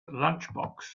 lunchbox